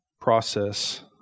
Process